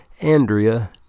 Andrea